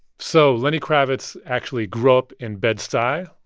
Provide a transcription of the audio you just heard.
so lenny kravitz actually grew up in bed-stuy,